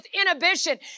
inhibition